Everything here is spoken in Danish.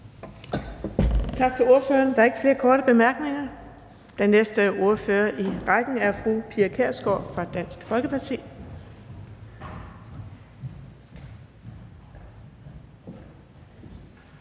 Tak til ordføreren. Der er ikke flere korte bemærkninger. Den næste ordfører i rækken er fru Pia Kjærsgaard fra Dansk Folkeparti.